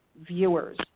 viewers